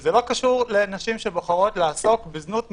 וזה לא קשור לנשים שבוחרות לעסוק בזנות מרצונן.